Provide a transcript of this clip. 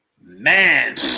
man